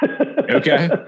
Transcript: Okay